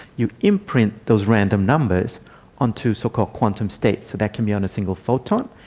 you imprint those random numbers on to so called quantum states, so that can be on a single photon.